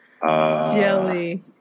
Jelly